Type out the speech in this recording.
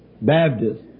Baptist